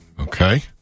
okay